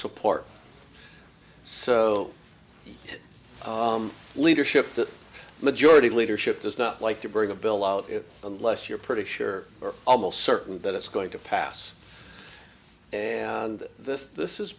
support so leadership that majority leadership does not like to bring a bill out if unless you're pretty sure are almost certain that it's going to pass and this this